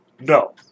No